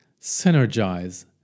Synergize